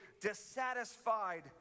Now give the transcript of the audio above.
dissatisfied